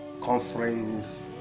Conference